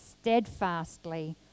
steadfastly